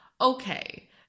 okay